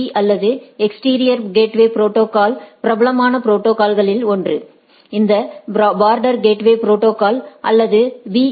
பீ அல்லது எஸ்டிரியா் gateway protocol பிரபலமான ப்ரோடோகால்களில் ஒன்று இந்த பார்டர் கேட்வே ப்ரோடோகால் அல்லது பி